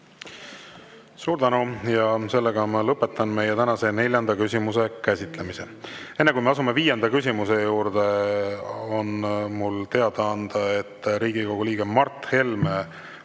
Suur tänu! Lõpetan meie tänase neljanda küsimuse käsitlemise. Enne, kui me asume viienda küsimuse juurde, on mul teadaanne: Riigikogu liige Mart Helme